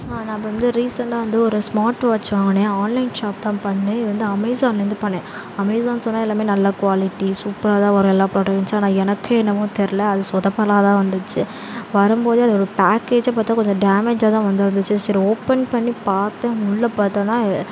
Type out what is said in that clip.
நான் வந்து ரீசண்டாக வந்து ஒரு ஸ்மார்ட் வாட்ச் வாங்கினேன் ஆன்லைன் ஷாப் தான் பண்ணேன் இது வந்து அமேஸான்லருந்து பண்ணேன் அமேஸான் சொன்னால் எல்லாமே நல்ல குவாலிட்டி சூப்பராக தான் வரும் எல்லா ப்ரோடன்ஸும் ஆனால் எனக்கே என்னமோ தெரில அது சொதப்பலாக தான் வந்துச்சு வரும்போதே அது ஒரு பேக்கேஜே பார்த்தா கொஞ்சம் டேமேஜாக தான் வந்து இருந்துச்சு சரி ஓபன் பண்ணி பார்த்தேன் உள்ளே பார்த்தோன்னா